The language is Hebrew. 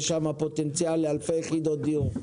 יש שם פוטנציאל לאלפי יחידות דיור.